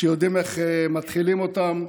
שיודעים איך מתחילים אותן,